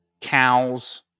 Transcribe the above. cows